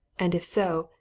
and if so,